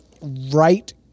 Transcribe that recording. right